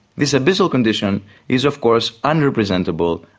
this abyssal condition is of course unrepresentable,